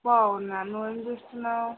బాగున్నాను నువ్వు ఏమి చేస్తున్నావు